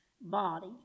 body